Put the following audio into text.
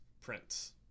prints